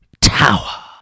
tower